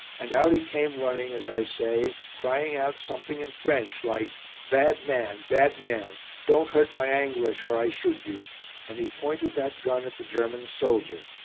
and out he came running, as i say, crying out something in french like bad man! bad man! don't hurt my anglish or i shoot you' and he pointed that gun at the german soldier.